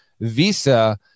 visa